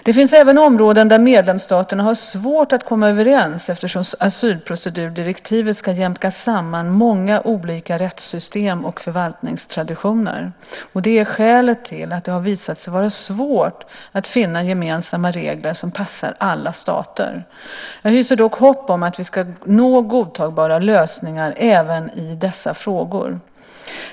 Det finns även områden där medlemsstaterna har svårt att komma överens, eftersom asylprocedurdirektivet ska jämka samman många olika rättssystem och förvaltningstraditioner. Det är skälet till att det har visat sig vara svårt att finna gemensamma regler som passar alla stater. Jag hyser dock hopp om att vi ska nå godtagbara lösningar även i dessa frågor.